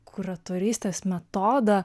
kuratorystės metodą